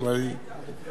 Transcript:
בבקשה.